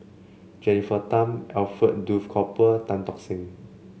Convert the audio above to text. Jennifer Tham Alfred Duff Cooper Tan Tock Seng